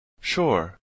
Sure